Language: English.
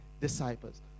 disciples